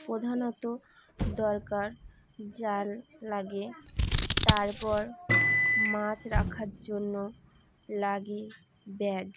প্রধানত দরকার জাল লাগে তারপর মাছ রাখার জন্য লাগে ব্যাগ